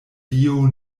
dio